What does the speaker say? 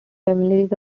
families